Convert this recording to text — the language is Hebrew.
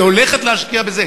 היא הולכת להשקיע בזה?